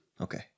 Okay